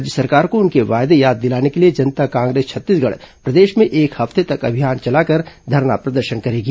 राज्य सरकार को उनके वायदे याद दिलाने के लिए जनता कांग्रेस छत्तीसगढ़ प्रदेश में एक हफ्ते तक अभियान चलाकर धरना प्रदर्शन करेगी